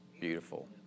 Beautiful